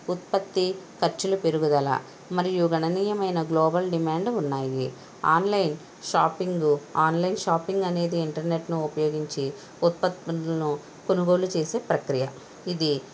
ఉత్పత్తి ఖర్చులు పెరుగుదల మరియు గణనీయమైన గ్లోబల్ డిమాండ్ ఉన్నాయి ఆన్లైన్ షాపింగు ఆన్లైన్ షాపింగ్ అనేది ఇంటర్నెట్ను ఉపయోగించి ఉత్పత్తులను కొనుగోలు చేసే ప్రక్రియ ఇది